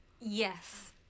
yes